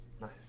Nice